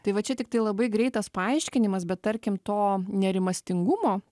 tai va čia tiktai labai greitas paaiškinimas bet tarkim to nerimastingumo